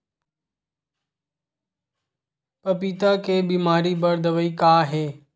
पपीता के बीमारी बर दवाई का हे?